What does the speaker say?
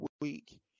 week